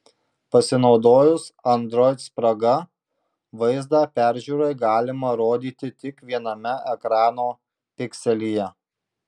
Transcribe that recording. pasinaudojus android spraga vaizdą peržiūrai galima rodyti tik viename ekrano pikselyje